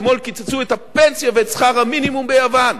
אתמול קיצצו את הפנסיה ואת שכר המינימום ביוון.